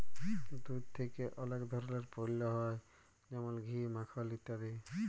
দুধ থেক্যে অলেক ধরলের পল্য হ্যয় যেমল ঘি, মাখল ইত্যাদি